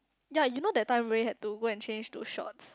yea you know that time we had to go and change to shorts